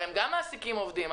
הם הרי גם מעסיקים עובדים.